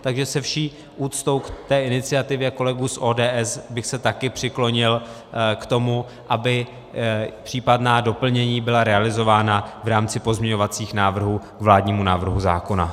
Takže se vší úctou k té iniciativě kolegů z ODS bych se taky přiklonil k tomu, aby případná doplnění byla realizována v rámci pozměňovacích návrhů k vládnímu návrhu zákona.